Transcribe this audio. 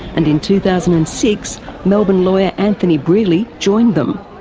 and in two thousand and six melbourne lawyer anthony brearley joined them.